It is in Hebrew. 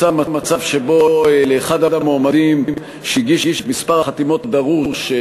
נוצר מצב שבו לאחד המועמדים שהגיש את מספר החתימות הדרוש,